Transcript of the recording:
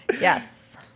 Yes